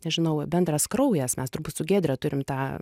nežinau bendras kraujas mes turbūt su giedre turim tą